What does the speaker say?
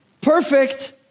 perfect